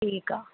ठीकु आहे